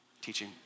teaching